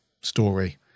story